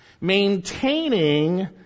Maintaining